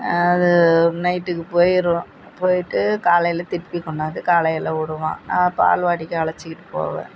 அது நைட்டுக்கு போயிடும் போய்விட்டு காலையில் திருப்பி கொண்டாந்து காலையில் விடுவான் நான் பால்வாடிக்கு அழைச்சிக்கிட்டு போவேன்